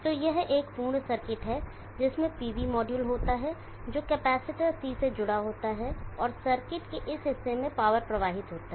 तो यह एक पूर्ण सर्किट है जिसमें PV मॉड्यूल होता है जो कैपेसिटर C से जुड़ा होता है और सर्किट के इस हिस्से में पावर प्रवाहित होता है